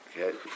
Okay